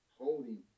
holding